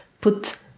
put